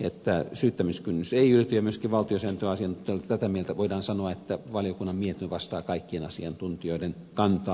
että syyttämiskynnys ei ylity ja myöskin valtiosääntöasiantuntijat olivat tätä mieltä voidaan sanoa että valiokunnan mietintö vastaa kaikkien asiantuntijoiden kantaa